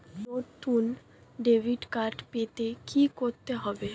নতুন debit card পেতে কী করতে হবে?